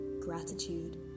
gratitude